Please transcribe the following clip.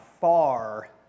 far